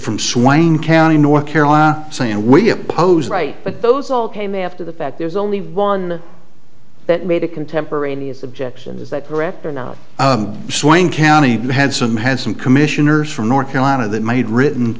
swine county north carolina saying we oppose right but those all came after the fact there's only one that made a contemporaneous objection is that correct or not swing county had some had some commissioners from north carolina that made written